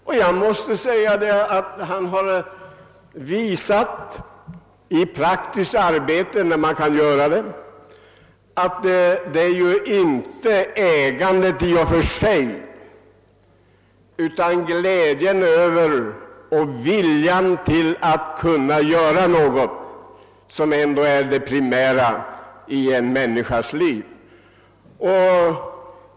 Han har i praktiskt arbete visat att det inte är ägandet i och för sig som betyder något, utan att det är glädjen över och viljan att kunna göra något som är det primära i en människas liv.